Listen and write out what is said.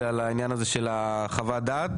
חשבנו על זה על העניין של חוות הדעת,